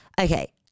Okay